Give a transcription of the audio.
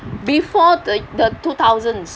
before the the two thousands